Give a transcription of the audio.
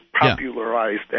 popularized